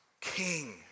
King